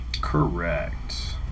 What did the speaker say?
Correct